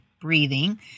breathing